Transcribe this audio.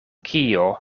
kio